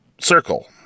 circle